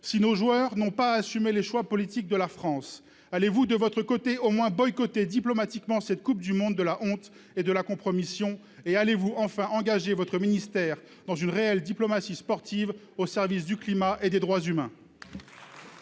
si nos joueurs n'ont pas à assumer les choix politiques de la France, allez-vous, de votre côté, au moins boycotter diplomatiquement cette Coupe du monde de la honte et de la compromission ? Allez-vous enfin engager votre ministère dans une réelle diplomatie sportive au service du climat et des droits humains ?